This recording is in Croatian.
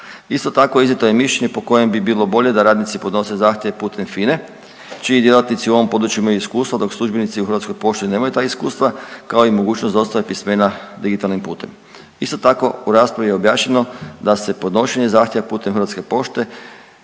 Isto tako, iznijeto je mišljenje po kojem bi bilo bolje da radnici podnose zahtjeve putem FINA-e čiji djelatnici u ovom području imaju iskustva, dok službenici u HP-u nemaju ta iskustva, kao i mogućnost dostave pismena digitalnim putem. Isto tako, u raspravi je objašnjeno da se podnošenje zahtjeva putem HP-a želi